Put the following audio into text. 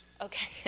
Okay